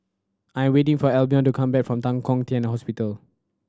I am waiting for Albion to come back from Tan Kong Tian Temple